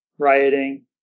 Rioting